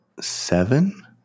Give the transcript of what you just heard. seven